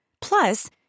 Plus